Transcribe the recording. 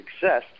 success